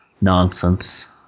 nonsense